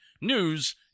news